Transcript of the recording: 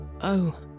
Oh